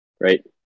right